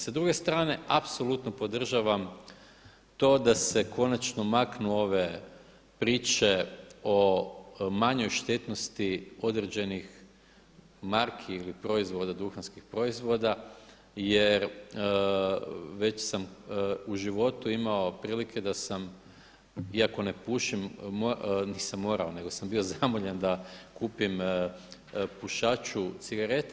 Sa druge strane apsolutno podržavam to da se konačno maknu ove priče o manjoj štetnosti određenih marki ili proizvoda duhanskih proizvoda, jer već sam u životu imao prilike da sam iako ne pušim, nisam morao, nego sam bio zamoljen da kupim pušaču cigarete.